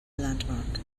landmark